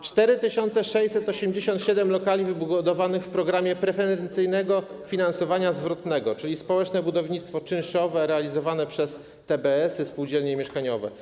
4687 lokali wybudowano w ramach programu preferencyjnego finansowania zwrotnego, czyli chodzi tu o społeczne budownictwo czynszowe, realizowane przez TBS, spółdzielnie mieszkaniowe.